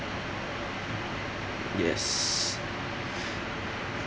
yes